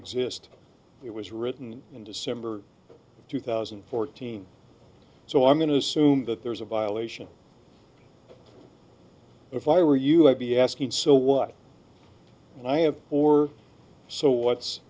exist it was written in december of two thousand and fourteen so i'm going to assume that there's a violation if i were you i'd be asking so what i have or so what's